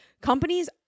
Companies